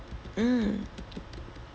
mm